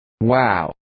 Wow